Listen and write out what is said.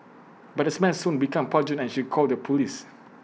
but the smell soon became pungent and she called the Police